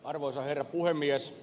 arvoisa herra puhemies